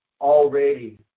already